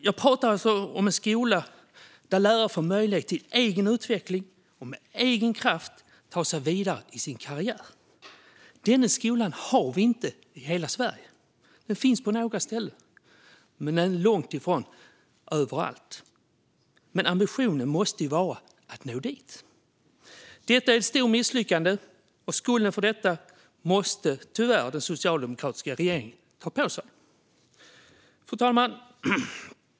Jag pratar alltså om en skola där lärare får möjlighet till egen utveckling och att med egen kraft ta sig vidare i sin karriär. Denna skola har vi inte i hela Sverige. Den finns på några ställen men långtifrån överallt. Men ambitionen måste vara att nå dit. Detta är ett stort misslyckande, och skulden för detta måste tyvärr den socialdemokratiska regeringen ta på sig. Fru talman!